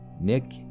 nick